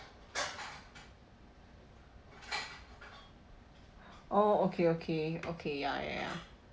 oh okay okay okay ya ya ya